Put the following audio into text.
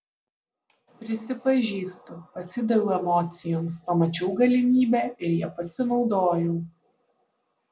prisipažįstu pasidaviau emocijoms pamačiau galimybę ir ja pasinaudojau